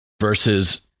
versus